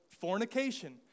fornication